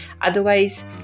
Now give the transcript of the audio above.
Otherwise